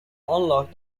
unlocked